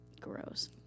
Gross